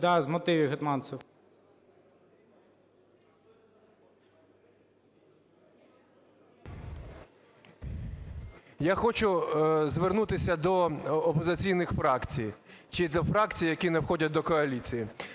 Я хочу звернутися до опозиційних фракцій чи до фракцій, які не входять до коаліції.